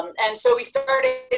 and so we started